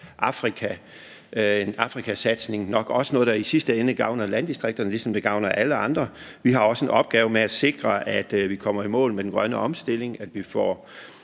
Afrikasatsning nok også noget, der i sidste ende gavner landdistrikterne, ligesom det gavner alle andre. Vi har også en opgave med at sikre, at vi kommer i mål med den grønne omstilling og når